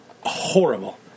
horrible